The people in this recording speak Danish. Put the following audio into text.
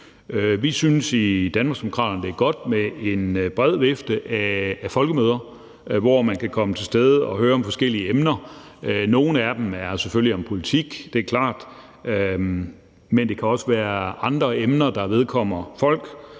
Vi synes i Danmarksdemokraterne, at det er godt med en bred vifte af folkemøder, hvor man kan komme og være til stede høre om forskellige emner. Nogle af dem handler selvfølgelig om politik – det er klart – men det kan også være andre emner, der vedkommer folk.